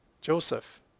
Joseph